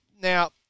Now